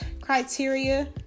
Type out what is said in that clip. criteria